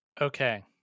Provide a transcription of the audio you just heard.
Okay